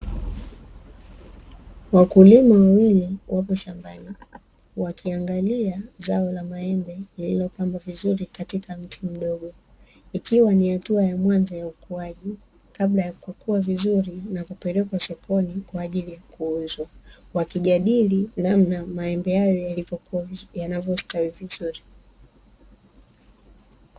Wakulima wawili wapo shambani wakiangalia zao la maembe lililopambwa vizuri katika mti mdogo, ikiwa ni hatua ya mwanzo ya ukuaji kabla ya kukua vizuri na kupelekwa sokoni kwa ajili ya kuuzwa. Wakijadili namna maembe hayo yanavyostawi vizuri.